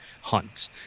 hunt